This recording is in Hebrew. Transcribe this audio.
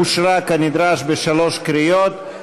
אושרה כנדרש בשלוש קריאות,